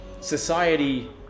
society